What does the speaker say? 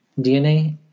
DNA